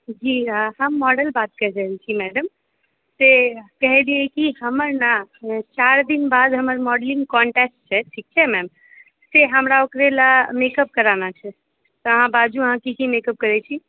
जी हम मॉडल बात करि रहल छी मैडम से कहलियै की हमर ने चारि दिन बाद हमर मॉडलिंग कॉन्टेस्ट छै ठीक छै मैम से हमरा ओकरे लए मेकअप कराना छै तऽ अहाँ बाजू अहाँ की की मेकअप करै छी